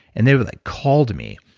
and they would like call to me.